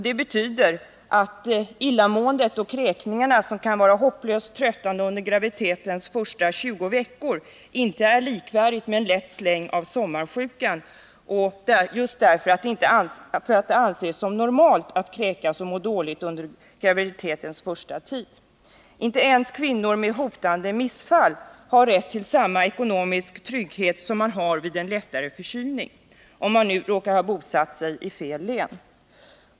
Det betyder att illamåendet och kräkningarna, som kan vara hopplöst tröttande under graviditetens första 20 veckor, inte är likvärdiga med en lätt släng av sommarsjuka, just därför att det anses som normalt att kräkas och må dåligt under graviditetens första tid. Inte ens kvinnor med hotande missfall har rätt till samma ekonomiska trygghet som man har vid en lättare förkylning, om man nu råkar ha bosatt sig i ”fel” län.